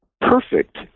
perfect